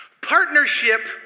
partnership